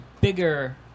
bigger